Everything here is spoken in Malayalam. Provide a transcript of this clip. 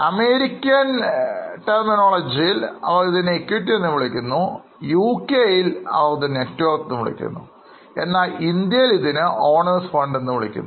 അമേരിക്കൻ പാദാവലിയിൽ അവർ ഇതിനെ ഇക്വിറ്റി എന്ന് വിളിക്കുന്നു UK അവർ ഇതിനെ Networth എന്ന് വിളിക്കുന്നു എന്നാൽ ഇന്ത്യയിൽ ഇതിനെ Owners fund എന്നു പറയുന്നു